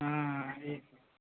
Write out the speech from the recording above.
అది